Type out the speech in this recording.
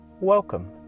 Welcome